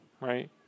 right